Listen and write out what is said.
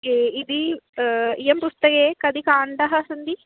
के इति इयं पुस्तके कति काण्डानि सन्ति